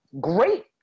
great